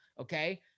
okay